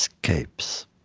escapes,